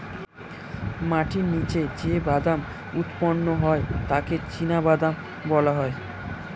মাটির নিচে যে বাদাম উৎপন্ন হয় তাকে চিনাবাদাম বলা হয়